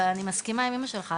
ואני מסכימה עם אמא שלך,